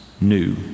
new